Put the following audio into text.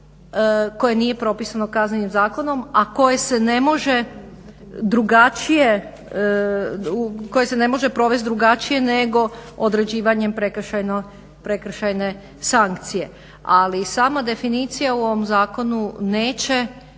koje se ne može drugačije, koje se ne može provesti drugačije nego određivanjem prekršajne sankcije. Ali samo definicija u ovom zakonu neće